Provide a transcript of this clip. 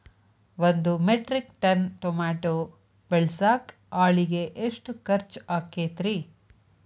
ಒಂದು metric ton tomato ಬೆಳಸಾಕ್ ಆಳಿಗೆ ಎಷ್ಟು ಖರ್ಚ್ ಆಕ್ಕೇತ್ರಿ?